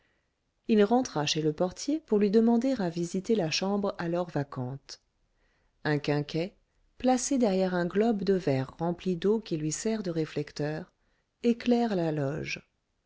il rentra chez le portier pour lui demander à visiter la chambre alors vacante un quinquet placé derrière un globe de verre rempli d'eau qui lui sert de réflecteur éclaire la loge